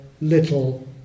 little